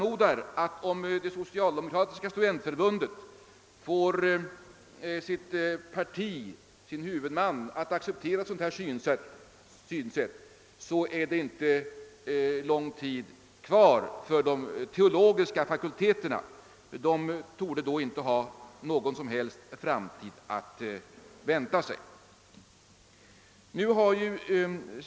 Om det socialdemokratiska studentförbundet får sitt parti att acceptera ett sådant synsätt, förmodar jag att det inte är lång tid kvar för de teologiska fakulteterna; de torde då inte ha någon som helst framtid att vänta sig.